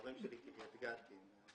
אבל זה בהחלט שיפור של המצב.